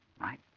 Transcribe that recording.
Right